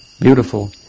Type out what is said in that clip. beautiful